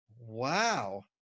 wow